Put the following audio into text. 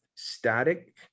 static